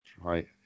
Right